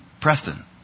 Preston